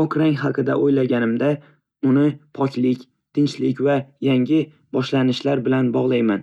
Oq rang haqida o'ylaganimda, uni poklik, tinchlik va yangi boshlanishlar bilan bog'layman.